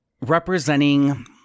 representing